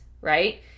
right